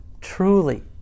truly